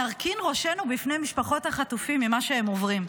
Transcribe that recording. נרכין ראשנו בפני משפחות החטופים עם מה שהם עוברים,